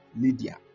lydia